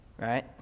Right